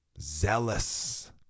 Zealous